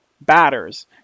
batters